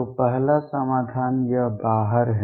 तो पहला समाधान यह बाहर है